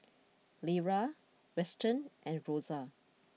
Lera Weston and Rosa